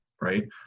right